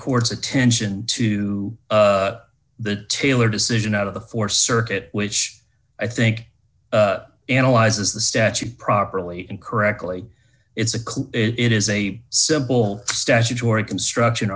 court's attention to the taylor decision out of the four circuit which i think analyzes the statute properly and correctly it's a clue it is a simple statutory construction